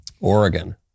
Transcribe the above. Oregon